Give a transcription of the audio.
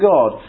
God